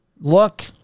look